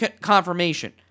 confirmation